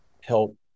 help